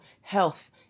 health